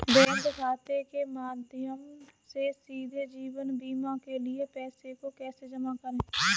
Bank खाते के माध्यम से सीधे जीवन बीमा के लिए पैसे को कैसे जमा करें?